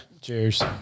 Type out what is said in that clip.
Cheers